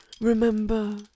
Remember